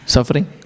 Suffering